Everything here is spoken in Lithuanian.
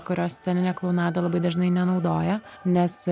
kurios sceninė klounada labai dažnai nenaudoja nes